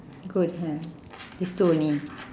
good health these two only